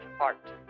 art